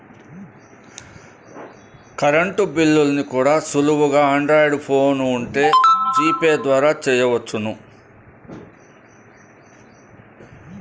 current బిల్లుల్ని కూడా సులువుగా ఆండ్రాయిడ్ ఫోన్ ఉంటే జీపే ద్వారా చెయ్యొచ్చు